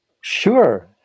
Sure